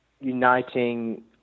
uniting